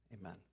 amen